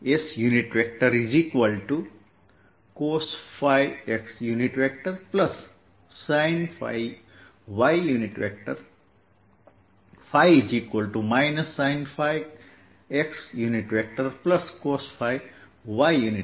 ϕ unit vector એ sinϕ xcosϕ y છે અને z એ સ્વાભાવિક રીતે z છે